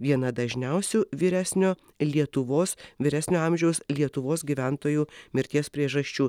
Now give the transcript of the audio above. viena dažniausių vyresnio lietuvos vyresnio amžiaus lietuvos gyventojų mirties priežasčių